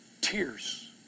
Tears